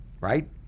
right